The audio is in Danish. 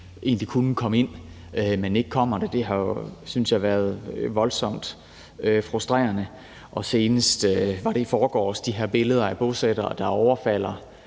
egentlig kunne komme ind, men ikke kommer det, har jo – synes jeg – været voldsomt frustrerende. Og senest – var det i forgårs? – kom de her billeder af bosættere, der overfalder